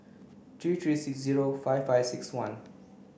three three six zero five five six one